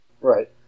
Right